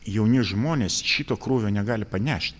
jauni žmonės šito krūvio negali panešt